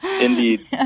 Indeed